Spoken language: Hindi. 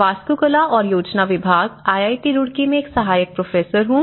मैं वास्तुकला और योजना विभाग आईआईटी रुड़की में एक सहायक प्रोफेसर हूं